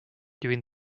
during